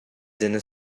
dinner